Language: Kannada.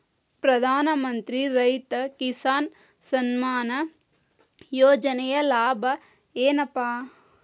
ಪ್ರಧಾನಮಂತ್ರಿ ರೈತ ಕಿಸಾನ್ ಸಮ್ಮಾನ ಯೋಜನೆಯ ಲಾಭ ಏನಪಾ?